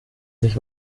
sich